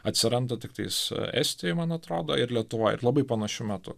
atsiranda tiktais estijoj man atrodo ir lietuvoj ir labai panašiu metu